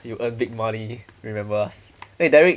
you will earn big money remember us eh derek